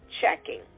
checking